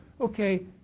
okay